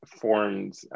Formed